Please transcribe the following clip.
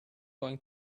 going